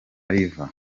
riva